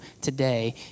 today